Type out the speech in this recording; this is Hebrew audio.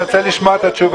אני רוצה לשמוע את התשובה.